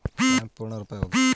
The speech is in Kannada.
ಪ್ಯಾನ್ ಪೂರ್ಣ ರೂಪ ಯಾವುದು?